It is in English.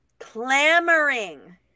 clamoring